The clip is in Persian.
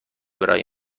برای